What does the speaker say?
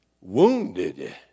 wounded